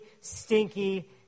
stinky